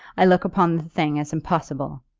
i look upon the thing as impossible.